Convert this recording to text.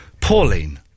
Pauline